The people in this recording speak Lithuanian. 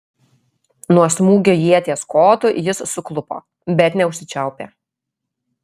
nuo smūgio ieties kotu jis suklupo bet neužsičiaupė